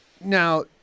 Now